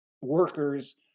workers